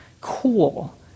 cool